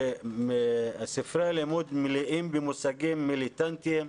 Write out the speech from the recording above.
שספרי הלימוד מלאים במושגים מיליטנטיים.